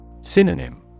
Synonym